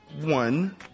one